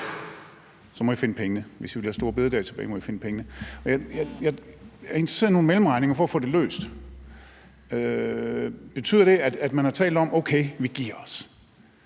må I finde pengene. Hvis I vil have store bededag tilbage, må I finde pengene. Jeg er interesseret i nogle mellemregninger for at få det løst. Betyder det, at man har talt om: Okay, vi giver os;